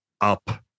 up